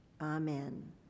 Amen